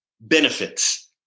benefits